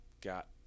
got